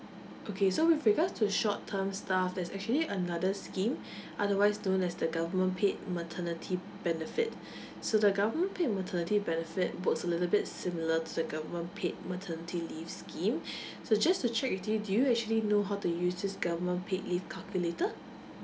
okay so with regards to short term staff there's actually another scheme otherwise known as the government paid maternity benefit so the government paid maternity benefit books a little bit similar to the government paid maternity leave scheme so just to check with you do you actually know how to use this government paid leave calculator